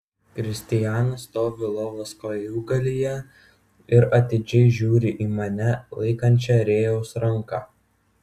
kristijanas stovi lovos kojūgalyje ir atidžiai žiūri į mane laikančią rėjaus ranką